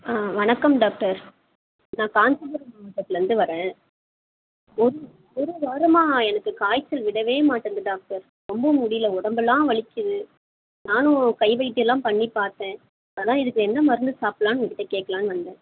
ஆ வணக்கம் டாக்டர் நான் காஞ்சிபுரம் மாவட்டத்துலேருந்து வரேன் ஒரு ஒரு வாரமாக எனக்கு காய்ச்சல் விடவே மாட்டேன்குது டாக்டர் ரொம்ப முடியிலை உடம்பெல்லாம் வலிக்குது நானும் கை வைத்தியமெலாம் பண்ணி பார்த்தேன் அதுதான் இதுக்கு என்ன மருந்து சாப்பிட்லாம்னு உங்கள்கிட்ட கேட்கலானு வந்தேன்